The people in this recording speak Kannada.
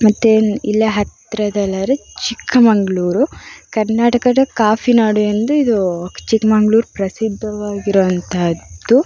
ಮತ್ತೆ ಇಲ್ಲೇ ಹತ್ತಿರದಲ್ಲಾದ್ರೆ ಚಿಕ್ಕಮಗಳೂರು ಕರ್ನಾಟಕದ ಕಾಫಿನಾಡು ಎಂದು ಇದು ಚಿಕ್ಕಮಗಳೂರು ಪ್ರಸಿದ್ಧವಾಗಿರುವಂತಹದ್ದು